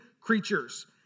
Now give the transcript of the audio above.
creatures